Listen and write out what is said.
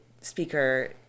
speaker